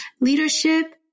leadership